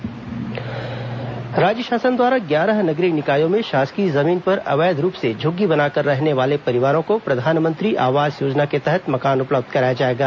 प्रधानमंत्री आवास योजना राज्य शासन द्वारा ग्यारह नगरीय निकायों में शासकीय जमीन पर अवैध रूप से झुग्गी बनाकर रहने वाले परिवारों को प्रधानमंत्री आवास योजना के तहत मकान उपलब्ध कराया जाएगा